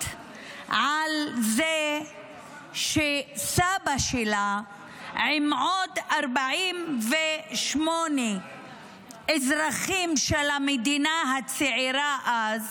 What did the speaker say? לזה שסבא שלה ועוד 48 אזרחים של המדינה הצעירה אז